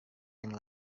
yang